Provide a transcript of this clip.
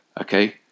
okay